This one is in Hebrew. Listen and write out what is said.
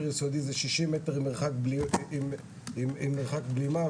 יסודי אז זה 60 מטר מרחק עם מרחק בלימה,